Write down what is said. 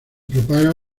propaga